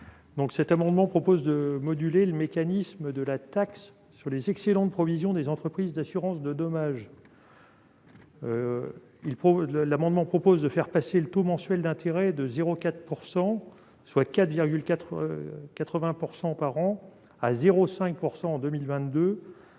amendement vise à moduler le mécanisme de la taxe sur les excédents de provisions des entreprises d'assurance de dommages. Il est proposé de faire passer le taux mensuel d'intérêt de 0,40 %, soit 4,80 % par an, à 0,50 % en 2022,